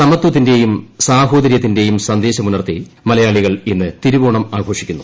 സമത്വത്തിന്റെയും സാഹോദരൃത്തിന്റെയും സന്ദേശമുണർത്തി മലയാളികൾ ഇന്ന് തിരുവോണം ആഘോഷിക്കുന്നു